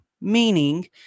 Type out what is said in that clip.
Meaning